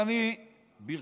דרך